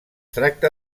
tracta